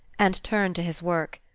and turned to his work.